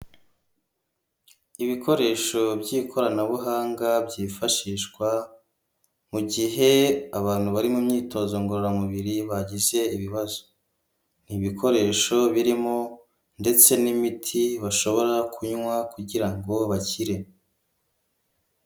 Ibikoresho by'ikoranabuhanga byifashishwa mu gihe abantu bari mu myitozo ngororamubiri, bagize ibibazo, ni ibikoresho birimo ndetse n'imiti bashobora kunywa kugira ngo bakire.